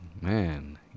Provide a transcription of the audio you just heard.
Man